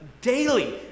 daily